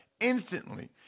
instantly